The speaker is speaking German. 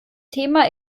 thema